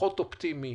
הפחות אופטימי